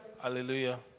Hallelujah